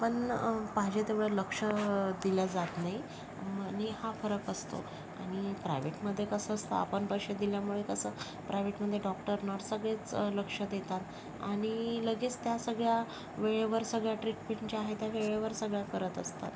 पण पाहिजे तेवढं लक्ष दिल्या जात नाही आणि हा फरक असतो आणि प्रायव्हेटमध्ये कसं असतं आपण पैशे दिल्यामुळे तसं प्रायव्हेटमध्ये डॉक्टर नर्स सगळेच लक्ष देतात आणि लगेच त्या सगळ्या वेळेवर सगळ्या ट्रीटमेंट ज्या आहेत त्या वेळेवर सगळ्या करत असतात